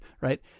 Right